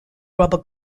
rubber